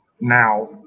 now